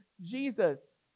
Jesus